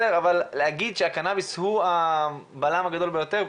אבל להגיד שהקנאביס הוא הבלם הגדול ביותר,